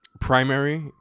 primary